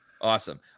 Awesome